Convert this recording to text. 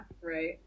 right